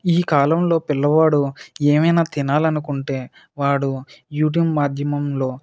ఈ కాలంలో పిల్లవాడు ఏమన్నా తినాలి అనునుకుంటే వాడు యూట్యూబ్ మాధ్యమంలో